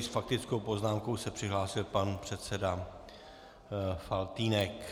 S faktickou poznámkou se přihlásil pan předseda Faltýnek.